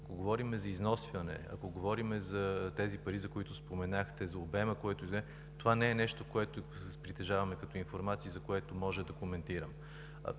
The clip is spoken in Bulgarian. Ако говорим за износване, ако говорим за тези пари, за които споменахте и за обема, това не е нещо, което притежаваме като информация и което може да коментирам.